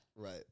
Right